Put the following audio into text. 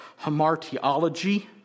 hamartiology